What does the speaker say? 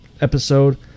episode